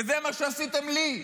וזה מה שעשיתם לי.